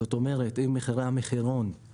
זאת אומרת אם מחירי המחירון,